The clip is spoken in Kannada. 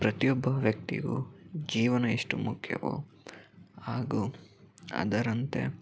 ಪ್ರತಿಯೊಬ್ಬ ವ್ಯಕ್ತಿಗೂ ಜೀವನ ಎಷ್ಟು ಮುಖ್ಯವೋ ಹಾಗೂ ಅದರಂತೆ